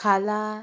खाला